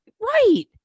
right